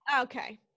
Okay